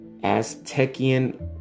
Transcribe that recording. Aztecian